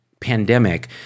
pandemic